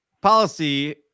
policy